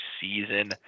season